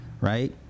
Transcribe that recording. Right